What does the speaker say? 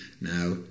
Now